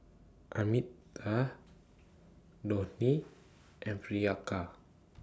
Amitabh Dhoni and Priyanka